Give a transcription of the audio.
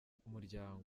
umuryango